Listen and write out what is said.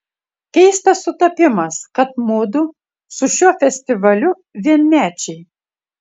keistas sutapimas kad mudu su šiuo festivaliu vienmečiai